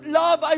love